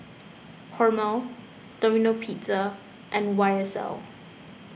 Hormel Domino Pizza and Y S L